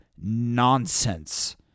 nonsense